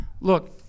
Look